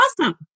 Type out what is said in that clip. awesome